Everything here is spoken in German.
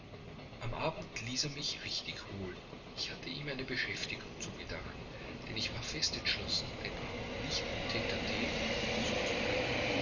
am abend ließ er mich richtig holen ich hatte ihm eine beschäftigung zugedacht denn ich war fest entschlossen den abend nicht im tte tte mit ihm zu